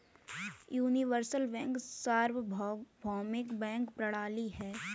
universal bank सार्वभौमिक bank प्रणाली है